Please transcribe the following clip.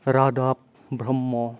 रादाब ब्रह्म